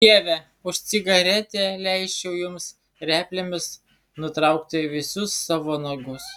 dieve už cigaretę leisčiau jums replėmis nutraukti visus savo nagus